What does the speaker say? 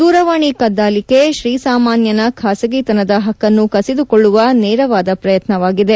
ದೂರವಾಣಿ ಕದ್ದಾಲಿಕೆ ಶ್ರೀ ಸಾಮಾನ್ಯನ ಖಾಸಗಿತನದ ಹಕ್ಕನ್ನು ಕಸಿದುಕೊಳ್ಳುವ ನೇರವಾದ ಪ್ರಯತ್ನವಾಗಿದೆ